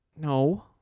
No